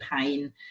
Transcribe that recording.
pain